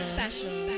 Special